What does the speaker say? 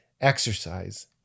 exercise